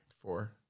Four